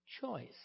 choice